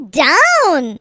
down